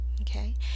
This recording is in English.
okay